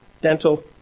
dental